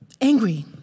angry